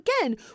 again